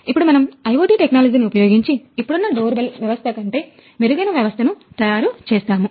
ఇప్పుడు మనము IoT టెక్నాలజీని ఉపయోగించి ఇప్పుడున్న డోర్ బెల్ వ్యవస్థ కంటే మెరుగైన వ్యవస్థను తయారు చేస్తాము